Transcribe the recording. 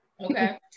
Okay